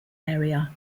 area